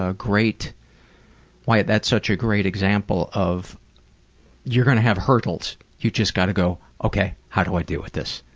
ah great why that's such a great example of you're gonna have hurdles, you just gotta go, ok, how do i deal with this?